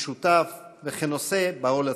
כשותף וכנושא בעול הציבורי: